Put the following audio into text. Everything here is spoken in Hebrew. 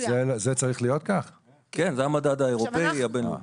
זה המדד האירופי הבין-לאומי.